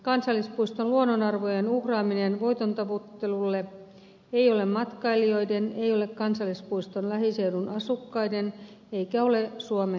kansallispuiston luonnonarvojen uhraaminen voiton tavoittelulle ei ole matkailijoiden ei ole kansallispuiston lähiseudun asukkaiden eikä ole suomenkaan etu